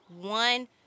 one